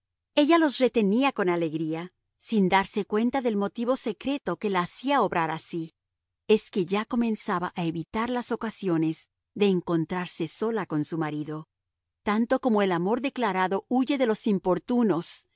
ella los retenía con alegría sin darse cuenta del motivo secreto que la hacía obrar así es que ya comenzaba a evitar las ocasiones de encontrarse sola con su marido tanto como el amor declarado huye de los importunos